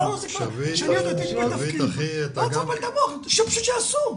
לא צריך לבלבל את המוח, שפשוט יעשו.